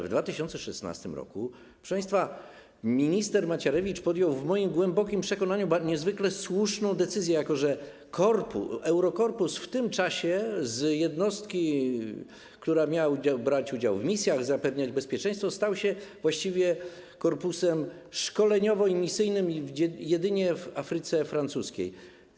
W 2016 r., proszę państwa, minister Macierewicz podjął w moim głębokim przekonaniu niezwykle słuszną decyzję, jako że Eurokorpus w tym czasie z jednostki, która miała brać udział w misjach, zapewniać bezpieczeństwo, stał się właściwie korpusem szkoleniowo-misyjnym, i to jedynie we francuskiej Afryce.